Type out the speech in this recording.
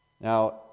Now